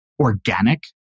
organic